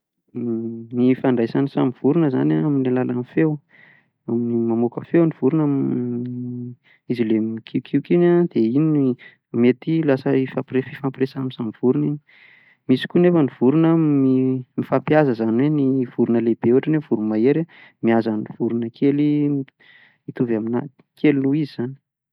Ny hifandraisan'ny samy vorona izany an amin'ny alalan'ny feo. Mamoaka feo ny vorona, izy ilay mikiokioka iny an dia iny no mety lasa hifampoire- hifampiresahan'ny samy vorona iny. Misy koa anefa ny vorona, mifampihaza, izany hoe ny vorona lehibe ohatra hoe ny voromahery mihaza ny vorona kely mitovy amin'azy, kely noho izy izany.